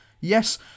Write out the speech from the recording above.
Yes